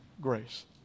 grace